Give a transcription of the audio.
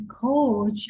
coach